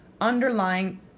underlying